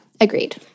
Agreed